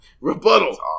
Rebuttal